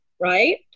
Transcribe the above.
right